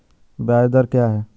ब्याज दर क्या है?